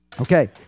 Okay